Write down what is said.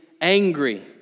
angry